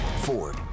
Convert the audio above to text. Ford